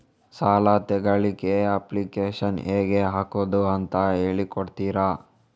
ಸಾಲ ತೆಗಿಲಿಕ್ಕೆ ಅಪ್ಲಿಕೇಶನ್ ಹೇಗೆ ಹಾಕುದು ಅಂತ ಹೇಳಿಕೊಡ್ತೀರಾ?